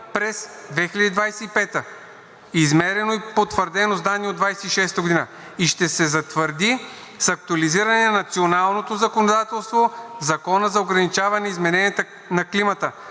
през 2025-а. Измерено и потвърдено с данни от 2026 г. и ще се затвърди с актуализиране на националното законодателство в Закона за ограничаване измененията на климата,